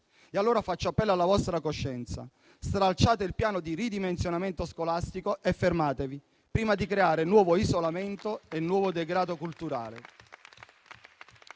Faccio quindi appello alla vostra coscienza: stralciate il piano di ridimensionamento scolastico e fermatevi prima di creare nuovo isolamento e nuovo degrado culturale.